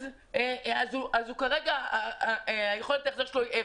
אז כרגע יכולת ההחזר שלו היא אפס.